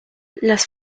las